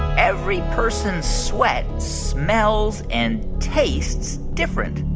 every person's sweat smells and tastes different?